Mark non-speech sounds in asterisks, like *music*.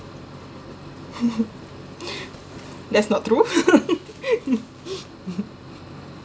*laughs* that's not true *laughs*